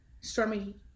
stormy